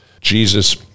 Jesus